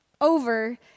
over